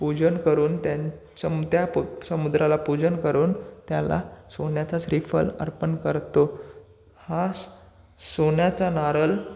पूजन करून त्यांच त्या पो समुद्राला पूजन करून त्याला सोन्याचा श्रीफल अर्पण करतो हा सोन्याचा नारळ